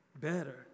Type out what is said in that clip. better